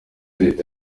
leta